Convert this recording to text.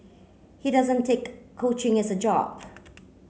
he doesn't take coaching as a job